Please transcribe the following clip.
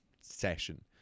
session